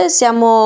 siamo